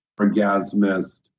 orgasmist